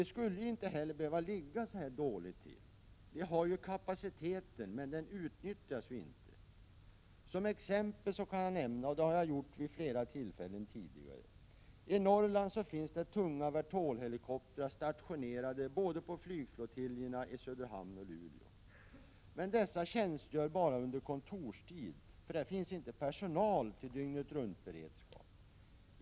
Vi skulle inte heller behöva ligga så dåligt till. Vi har ju kapaciteten, men den utnyttjas inte. Som exempel kan jag nämna — och det har jag gjort vid flera tillfällen tidigare — att det i Norrland finns tunga Vertol-helikoptrar stationerade på flygflottiljerna i både Söderhamn och Luleå, men dessa tjänstgör bara under kontorstid därför att det inte finns personal för dygnet-runt-beredskap.